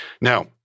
Now